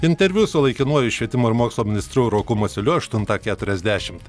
interviu su laikinuoju švietimo ir mokslo ministru roku masiuliu aštuntą keturiasdešimt